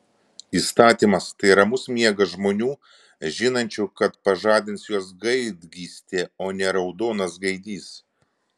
įstatymas tai ramus miegas žmonių žinančių kad pažadins juos gaidgystė o ne raudonas gaidys